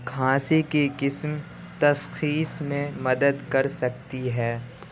کھانسی کی قسم تشخیص میں مدد کر سکتی ہے